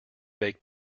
bake